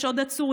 יש עוד עצורים,